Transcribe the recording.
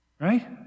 right